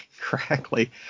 correctly